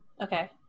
Okay